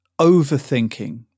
overthinking